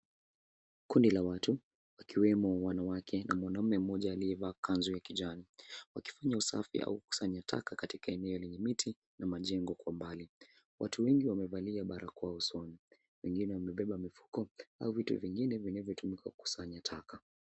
Kundi la watu, wakiwemo wanawake na mwanaume mmoja aliyevaa kanzu ya kijani, wakifanya usafi au kusanya taka katika eneo lenye miti na majengo kwa mbali. Watu wengi wamevalia barakoa usoni, wengine wamebeba mifuko au vitu vingine vinavyotumika kusanya taka.